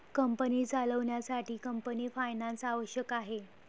company चालवण्यासाठी company finance आवश्यक आहे